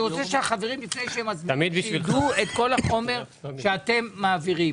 אני רוצה שהחברים ידעו את כל החומר שאתם מעבירים.